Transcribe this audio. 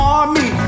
Army